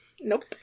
Nope